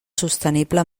sostenible